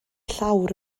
llawr